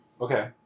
Okay